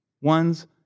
ones